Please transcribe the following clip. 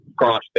crossfit